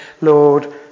Lord